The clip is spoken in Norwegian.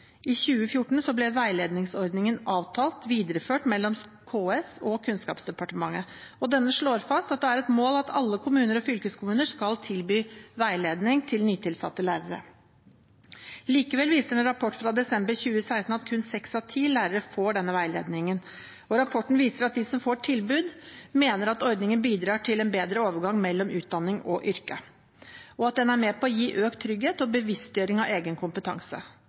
I 2014 ble veiledningsordningen avtalt videreført mellom KS og Kunnskapsdepartementet. Denne slår fast at det er et mål at alle kommuner og fylkeskommuner skal tilby veiledning til nytilsatte lærere. Likevel viser en rapport fra desember 2016 at kun seks av ti lærere får denne veiledningen. Rapporten viser at de som får tilbud, mener at ordningen bidrar til en bedre overgang mellom utdanning og yrke, og at den er med på å gi økt trygghet og bevisstgjøring av egen kompetanse.